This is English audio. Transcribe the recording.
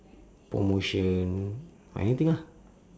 promotion or anything lah